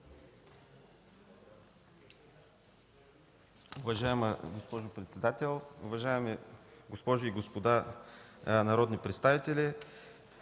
Уважаема госпожо председател, уважаеми госпожи и господа народни представители!